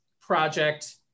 project